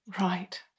Right